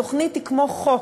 התוכנית היא כמו חוק.